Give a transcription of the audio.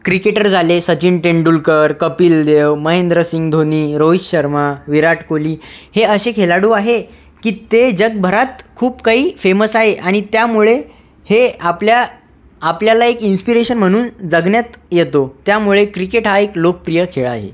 cricketer झाले सचिन तेंडुलकर कपिल देव महेद्रसिंग धोनी रोहित शर्मा विराट कोहली हे असे खेळाडू आहे की ते जगभरात खूप काही फेमस आहे आणि त्यामुळे हे आपल्या आपल्याला एक इन्स्पिरेशन म्हणून जगण्यात येतो त्यामुळे क्रिकेट हा एक लोकप्रिय खेळ आहे